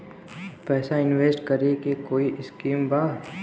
पैसा इंवेस्ट करे के कोई स्कीम बा?